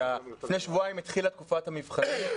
כי לפני שבועיים התחילה תקופת המבחנים.